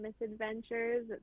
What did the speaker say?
Misadventures